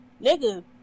Nigga